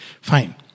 fine